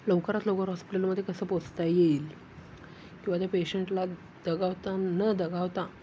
लवकरात लवकर हॉस्पिटलमध्ये कसं पोहचता येईल किंवा त्या पेशंटला दगावता न दगावता